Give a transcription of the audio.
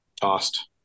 tossed